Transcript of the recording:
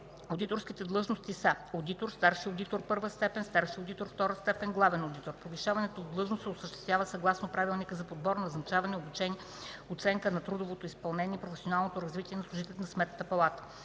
Одиторските длъжности са: одитор, старши одитор І степен, старши одитор ІІ степен, главен одитор. Повишаването в длъжност се осъществява съгласно Правилника за подбор, назначаване, обучение, оценка на трудовото изпълнение и професионалното развитие на служителите на Сметната палата.